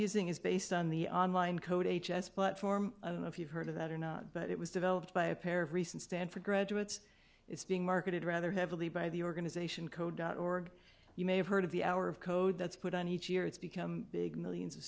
using is based on the on line code h s but form and if you've heard of that or not but it was developed by a pair of recent stanford graduates it's being marketed rather heavily by the organization co dot org you may have heard of the hour of code that's put on each year it's become big millions of